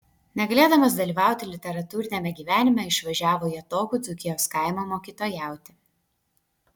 negalėdamas dalyvauti literatūriniame gyvenime išvažiavo į atokų dzūkijos kaimą mokytojauti